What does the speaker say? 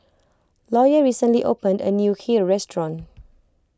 Lawyer recently opened a new Kheer restaurant